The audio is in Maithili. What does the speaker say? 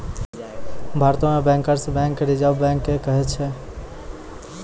भारतो मे बैंकर्स बैंक रिजर्व बैंक के कहै छै